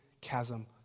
chasm